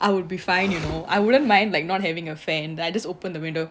I would be fine you know I wouldn't mind like not having a fan I just open the window